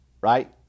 Right